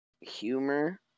Humor